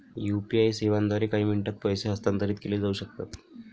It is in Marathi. यू.पी.आई सेवांद्वारे काही मिनिटांत पैसे हस्तांतरित केले जाऊ शकतात